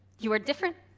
you are different,